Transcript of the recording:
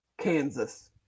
Kansas